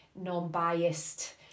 non-biased